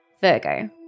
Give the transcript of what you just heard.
Virgo